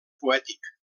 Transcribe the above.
poètic